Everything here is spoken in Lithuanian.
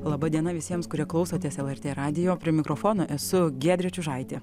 laba diena visiems kurie klausotės el er tė radijo prie mikrofono esu giedrė čiužaitė